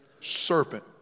serpent